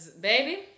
baby